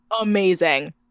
amazing